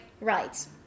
rights